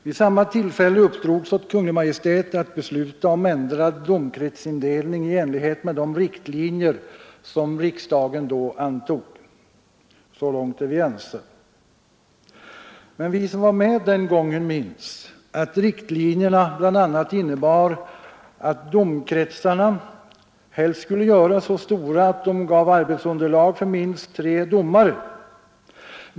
Vid samma tillfälle uppdrogs åt Kungl. Maj:t att besluta om ändrad domkretsindelning i enlighet med de riktlinjer som riksdagen då antog. Så långt är vi ense. Vi som var med den gången minns att riktlinjerna bl.a. innebar att domkretsarna helst skulle göras så stora att de gav arbetsunderlag för minst tre domare.